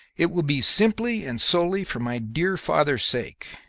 it will be simply and solely for my dear father's sake,